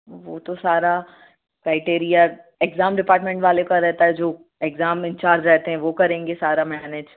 वो तो सारा क्राइटेरिया एग्ज़ाम डिपार्ट्मेन्ट वालों का रहता है जो एग्ज़ाम इंचार्ज रहते हैं वो करेंगे सारा मैनेज